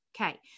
Okay